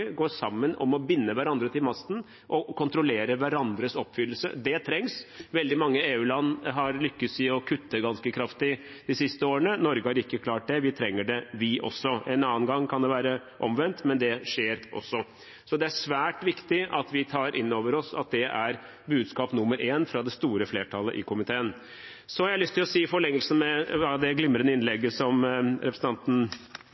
går sammen om å binde hverandre til masten og kontrollere hverandres oppfyllelse. Det trengs. Veldig mange EU-land har lyktes i å kutte ganske kraftig de siste årene. Norge har ikke klart det, og vi trenger det, vi også. En annen gang kan det være omvendt, men det skjer også. Så det er svært viktig at vi tar inn over oss at det er budskap nummer én fra det store flertallet i komiteen. Så har jeg lyst til å si, i forlengelsen av det representanten Sandtrøen også nevnte i sitt glimrende